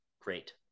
great